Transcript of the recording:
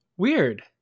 Weird